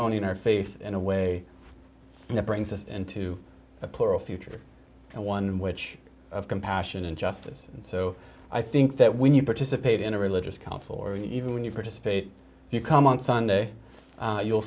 only our faith in a way that brings us into a plural future and one which of compassion and justice and so i think that when you participate in a religious council or even when you participate you come on sunday you'll